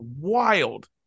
wild